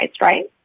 right